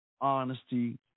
honesty